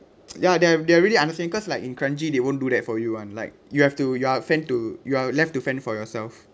ya they are they are really understanding cause like in kranji they won't do that for you [one] like you have to you are fend to you are left to fend for yourself